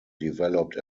developed